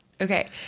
Okay